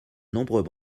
nombreux